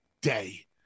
day